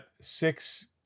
six